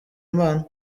imana